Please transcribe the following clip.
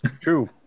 True